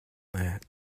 that